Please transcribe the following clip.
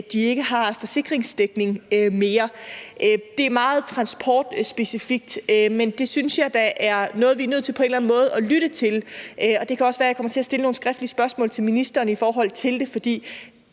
at de ikke har forsikringsdækning mere. Det er meget transportspecifikt, men det synes jeg da er noget, vi er nødt til på en eller anden måde at lytte til, og det kan også være, jeg kommer til at stille nogle skriftlige spørgsmål til ministeren i forhold til det, for i